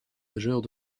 majeures